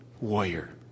warrior